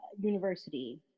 university